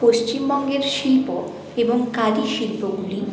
পশ্চিমবঙ্গের শিল্প এবং কারুশিল্পগুলি